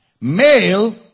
male